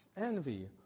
envy